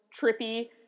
trippy